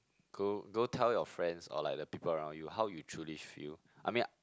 go go tell your friends or like the people around you how you truly feel I mean I